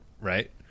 right